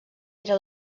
era